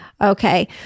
Okay